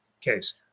case